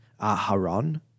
Aharon